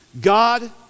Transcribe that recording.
God